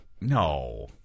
No